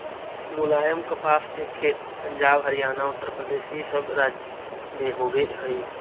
मुलायम कपास के खेत पंजाब, हरियाणा, उत्तरप्रदेश इ सब राज्य में होवे हई